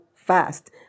fast